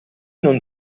non